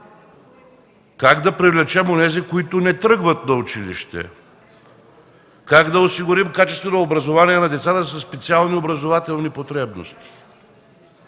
Как да привлечем онези, които не тръгват на училище? Как да осигурим качествено образование на децата със специални образователни потребности?